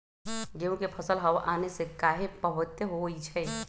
गेंहू के फसल हव आने से काहे पभवित होई छई?